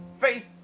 Faith